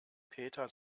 peter